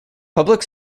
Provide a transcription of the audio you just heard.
public